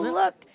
look